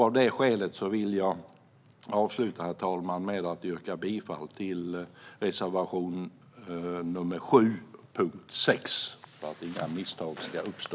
Av detta skäl vill jag avsluta, herr talman, med att yrka bifall till reservation nr 7, punkt 6, för att inga misstag ska uppstå.